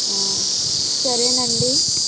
సరేనండి